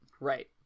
right